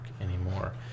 anymore